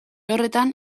horretan